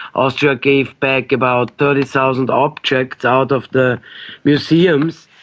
austria gave back about thirty thousand objects out of the museums.